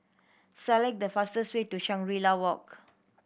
select the fastest way to Shangri La Walk